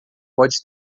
pode